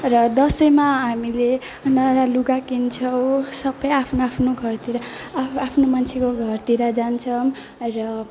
र दसैँमा हामीले नयाँ लुगा किन्छौँ सबै आफ्नो आफ्नो घरतिर आफ्नो आफ्नो मान्छेको घरतिर जान्छौँ र